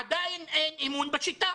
עדיין אין אמון בשיטה